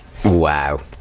Wow